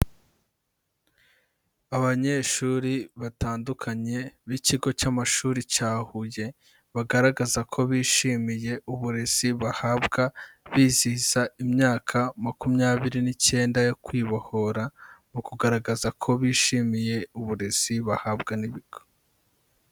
Abanyeshuri batandukanye b'ikigo cy'amashuri cya Huye, bagaragaza ko bishimiye uburezi bahabwa bizihiza imyaka makumyabiri n'icyenda yo kwibohora, mu kugaragaza ko bishimiye uburezi bahabwa n'ibigo.